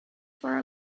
for